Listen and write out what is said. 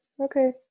Okay